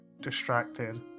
distracted